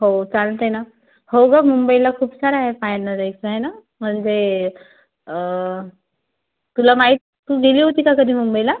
हो चालते ना हो ग मुंबईला खूप सारं आहे पाहायला जायचं आहे ना म्हणजे तुला माहीत तू गेली होती का कधी मुंबईला